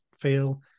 feel